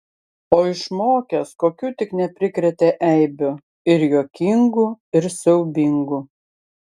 o išmokęs kokių tik neprikrėtė eibių ir juokingų ir siaubingų